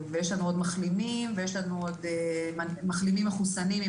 יש לנו עוד מחלימים ומחלימים מחוסנים עם